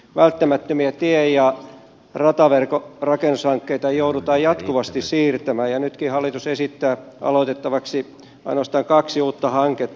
välttämättömiä tie ja rataverkon rakennushankkeita joudutaan jatkuvasti siirtämään ja nytkin hallitus esittää aloitettavaksi ainoastaan kaksi uutta hanketta